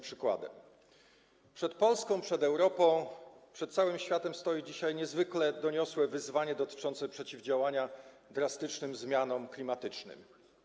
Przed Polską, przed Europą, przed całym światem stoi dzisiaj niezwykle doniosłe wyzwanie dotyczące przeciwdziałania drastycznym zmianom klimatycznym.